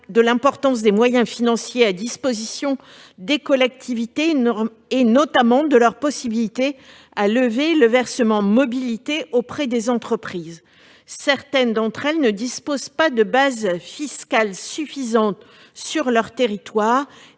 de l'importance des moyens financiers mis à disposition des collectivités et, notamment, de leur capacité à lever le versement mobilité auprès des entreprises. Certaines collectivités ne disposent pas de bases fiscales suffisantes sur leur territoire